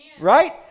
right